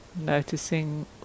noticing